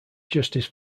justice